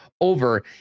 over